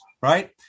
right